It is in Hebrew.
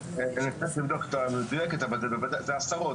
אני צריך לבדוק בצורה מדויקת, אבל זה עשרות.